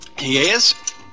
Yes